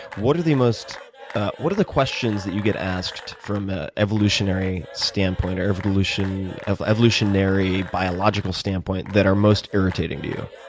what are the most what are the questions that you get asked from a evolutionary standpoint or evolutionary kind of evolutionary biological standpoint that are most irritating to you?